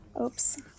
Oops